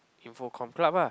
info comm club ah